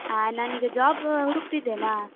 ನಾನೀಗ ಜಾಬ್ ಹುಡುಕ್ತಿದೇನೆ